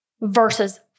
Versus